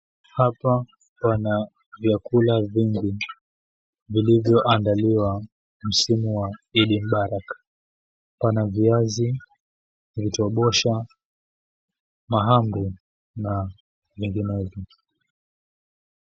Hapa pana vyakula vingi vilivyoandaliwa msimu wa Idi Mubarak. Pana viazi vitobosha mahango na vingine hivyo.